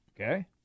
Okay